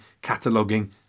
cataloguing